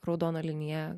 raudoną liniją